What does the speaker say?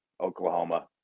Oklahoma